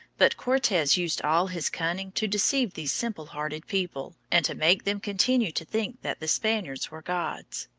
but cortes used all his cunning to deceive these simple-hearted people and to make them continue to think that the spaniards were gods.